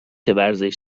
ورزش